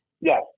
Yes